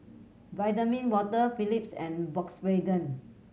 Vitamin Water Philips and Volkswagen